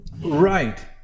Right